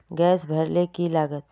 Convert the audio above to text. Gas भरले की लागत?